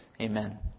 Amen